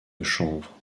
chanvre